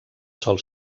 sol